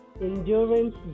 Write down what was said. endurance